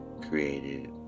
created